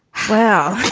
well,